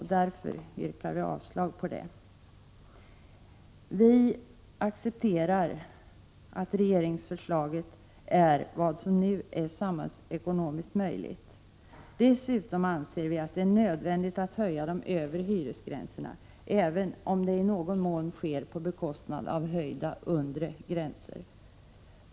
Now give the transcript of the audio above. Därför yrkar vi avslag på det. Vi accepterar att regeringsförslaget är vad som nu är samhällsekonomiskt möjligt. Dessutom anser vi att det är nödvändigt att höja de övre hyresgränserna även om det i någon mån sker på bekostnad av höjda undre gränser.